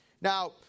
Now